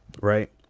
right